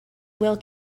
will